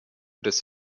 des